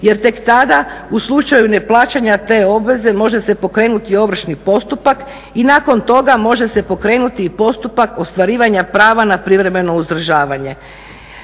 jer tek tada u slučaju neplaćanja te obveze može se pokrenuti ovršni postupak i nakon toga može se pokrenuti i postupak ostvarivanja prava na privremeno uzdržavanje.